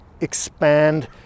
expand